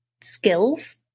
skills